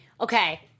Okay